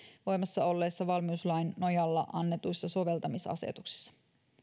voimassa olleissa valmiuslain nojalla annetuissa soveltamisasetuksissa